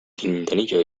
quintanilla